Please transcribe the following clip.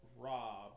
Rob